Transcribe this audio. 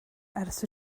ers